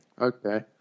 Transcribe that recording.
okay